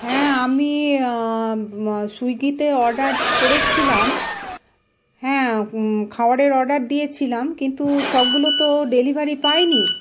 হ্যাঁ আমি সুইগিতে অর্ডার করেছিলাম হ্যাঁ খাবারের অর্ডার দিয়েছিলাম কিন্তু সবগুলো তো ডেলিভারি পাইনি